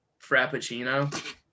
Frappuccino